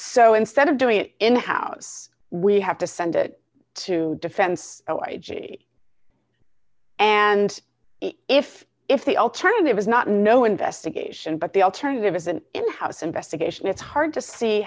so instead of doing it in house we have to send it to defense and if if the alternative is not no investigation but the alternative is an in house investigation it's hard to s